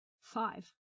Five